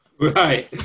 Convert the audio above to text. Right